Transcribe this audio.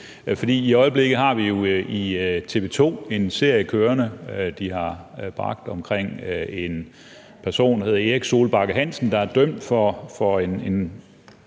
på. I øjeblikket har vi på TV 2 en serie kørende, de har bragt om en person, der hedder Erik Solbakke Hansen, der er dømt for en